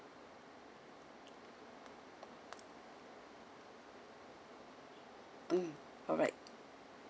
mm alright